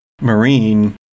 Marine